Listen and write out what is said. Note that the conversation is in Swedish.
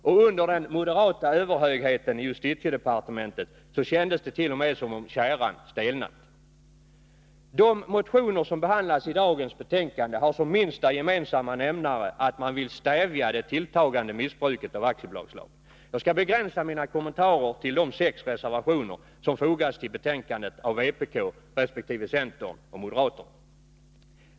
Och under den moderata överhögheten i justitiedepartementet kändes det t.o.m. som om tjäran stelnat. De motioner som behandlas i dagens betänkande har som minsta gemensamma nämnare att man vill stävja det tilltagande missbruket av aktiebolagslagen. Jag skall begränsa mina kommentarer till de sex reservationer som fogats till betänkandet av vpk resp. centern och moderaterna.